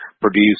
produce